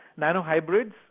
Nanohybrids